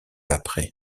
après